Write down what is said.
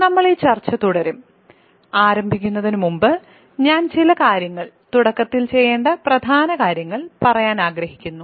നമ്മൾ ഈ ചർച്ച തുടരുന്നതിന് മുമ്പ് ഞാൻ ചില കാര്യങ്ങൾ തുടക്കത്തിൽ ചെയ്യേണ്ട പ്രധാന കാര്യങ്ങൾ പറയാൻ ആഗ്രഹിക്കുന്നു